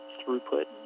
throughput